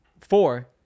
four